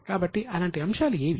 కాబట్టి అలాంటి అంశాలు ఏవి